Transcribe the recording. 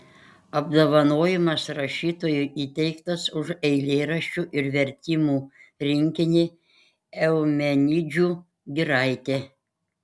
apdovanojimas rašytojui įteiktas už eilėraščių ir vertimų rinkinį eumenidžių giraitė